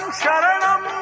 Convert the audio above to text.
Sharanam